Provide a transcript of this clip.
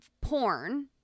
porn